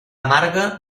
amarga